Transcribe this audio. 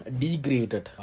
degraded